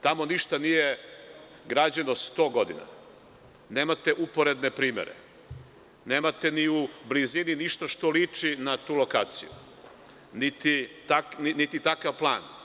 Tamo ništa nije građeno 100 godina, nemate uporedne primere, nemate ni u blizini ništa što liči na tu lokaciju, niti takav plan.